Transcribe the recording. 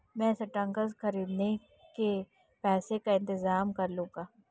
मैं स्टॉक्स खरीदने के पैसों का इंतजाम कर लूंगा